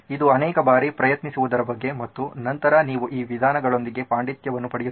ಇದು ಅನೇಕ ಬಾರಿ ಪ್ರಯತ್ನಿಸುವುದರ ಬಗ್ಗೆ ಮತ್ತು ನಂತರ ನೀವು ಈ ವಿಧಾನಗಳೊಂದಿಗೆ ಪಾಂಡಿತ್ಯವನ್ನು ಪಡೆಯುತ್ತೀರಿ